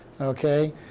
Okay